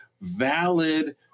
valid